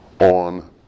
on